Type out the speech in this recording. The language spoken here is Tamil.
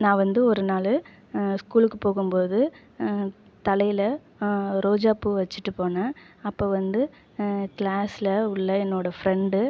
நான் வந்து ஒரு நாள் ஸ்கூலுக்கு போகும்போது தலையில் ரோஜா பூ வச்சிட்டு போனேன் அப்போ வந்து க்ளாசில் உள்ள என்னோடய ஃப்ரெண்டு